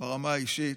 ברמה האישית.